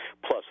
plus